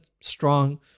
strong